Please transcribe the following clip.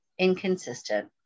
inconsistent